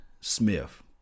Smith